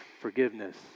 forgiveness